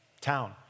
town